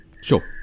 Sure